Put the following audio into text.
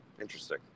Interesting